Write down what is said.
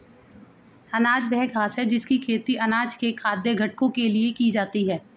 अनाज वह घास है जिसकी खेती अनाज के खाद्य घटकों के लिए की जाती है